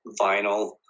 vinyl